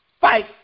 fight